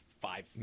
five